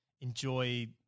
enjoy